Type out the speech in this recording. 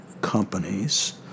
companies